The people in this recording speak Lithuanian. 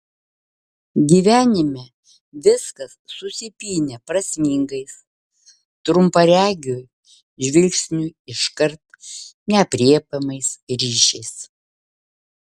gyvenime viskas susipynę prasmingais trumparegiui žvilgsniui iškart neaprėpiamais ryšiais